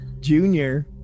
junior